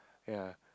ya